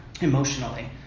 emotionally